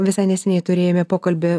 visai neseniai turėjome pokalbį